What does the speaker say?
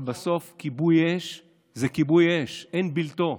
אבל בסוף, כיבוי אש זה כיבוי אש ואין בלתו,